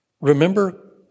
remember